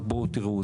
רק בואו תיראו.